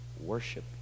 worship